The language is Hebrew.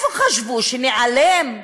מה חשבו, שניעלם?